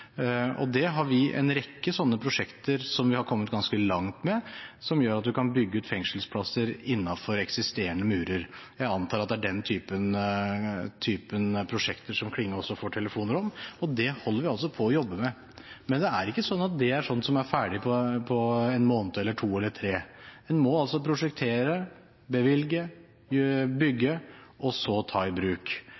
har en rekke sånne prosjekter, som vi har kommet ganske langt med, som gjør at man kan bygge ut fengselsplasser innenfor eksisterende murer. Jeg antar at det er den typen prosjekter som Klinge også får telefoner om, og det holder vi altså på å jobbe med. Men det er ikke sånt som blir ferdig på en måned, eller to eller tre. En må prosjektere, bevilge, bygge og så ta i bruk.